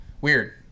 Weird